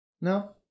No